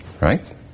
Right